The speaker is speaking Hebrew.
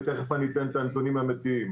ומיד אתן את הנתונים האמיתיים.